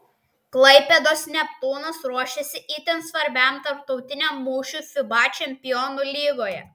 klaipėdos neptūnas ruošiasi itin svarbiam tarptautiniam mūšiui fiba čempionų lygoje